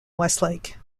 westlake